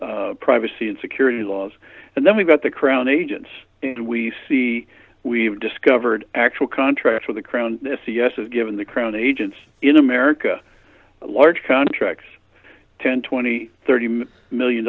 our privacy and security laws and then we've got the crown agents and we see we've discovered actual contracts with the crown given the crown agents in america large contracts ten twenty thirty million